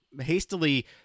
hastily